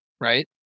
right